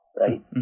right